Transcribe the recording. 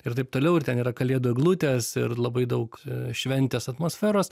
ir taip toliau ir ten yra kalėdų eglutės ir labai daug šventės atmosferos